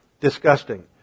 disgusting